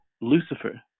Lucifer